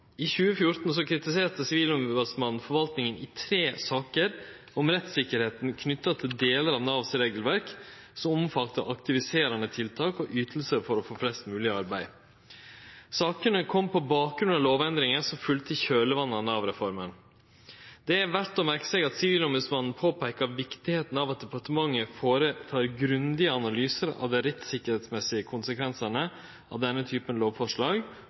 I 2014 kritiserte Sivilombodsmannen forvaltninga i tre saker om rettstryggleiken knytt til delar av Nav sitt regelverk, som omfattar aktiviserande tiltak og ytingar for å få flest mogleg i arbeid. Sakene kom på bakgrunn av lovendringar som følgde i kjølvatnet av Nav-reforma. Det er verd å merkje seg at Sivilombodsmannen påpeikar viktigheita av at departementet føretek grundige analysar av konsekvensane for rettstryggleiken av denne typen lovforslag,